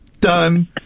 done